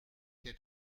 der